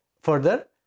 further